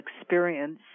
experience